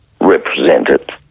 represented